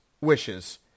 wishes